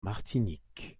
martinique